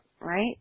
right